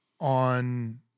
on